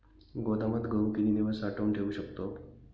गोदामात गहू किती दिवस साठवून ठेवू शकतो?